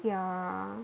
yeah